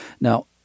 Now